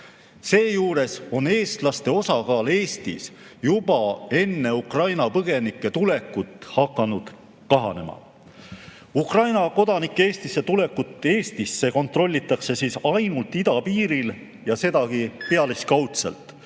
Seejuures on eestlaste osakaal Eestis juba enne Ukraina põgenike tulekut hakanud kahanema. Ukraina kodanike tulekut Eestisse kontrollitakse ainult idapiiril ja sedagi pealiskaudselt.